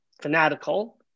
fanatical